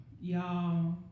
Y'all